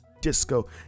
disco